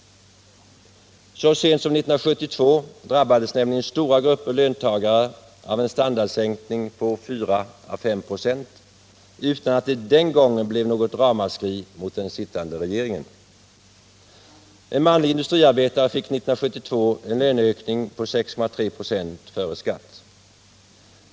Så sent som 1972 drabbades nämligen stora grupper löntagare av en standardsänkning på 4-5 96 utan att det den gången blev något ramaskri mot den sittande regeringen. En manlig industriarbetare fick 1972 en löneökning på 6,3 96 före skatt.